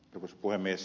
arvoisa puhemies